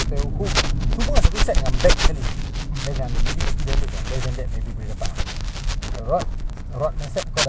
so aku tengok engkau pasang that hook jer I'm hook already kau faham ah like eh bestnya like it's it's